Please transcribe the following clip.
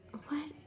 what